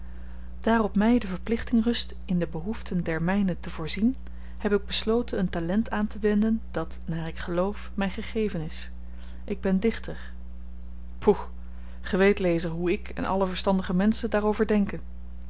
op my de verplichting rust in de behoeften der mynen te voorzien heb ik besloten een talent aantewenden dat naar ik geloof my gegeven is ik ben dichter poeh ge weet lezer hoe ik en alle verstandige menschen daarover denken